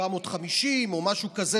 750 שקל או משהו כזה,